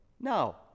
No